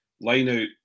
Line-out